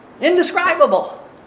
indescribable